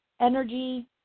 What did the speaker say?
energy